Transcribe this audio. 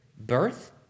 Birth